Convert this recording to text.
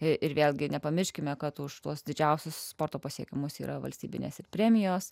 ir vėlgi nepamirškime kad už tuos didžiausius sporto pasiekimus yra valstybinės premijos